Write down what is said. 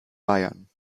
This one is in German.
bayern